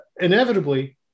inevitably